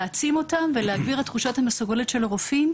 להעצים אותן ולהגביר את תחושת המסוגלות של הרופאים.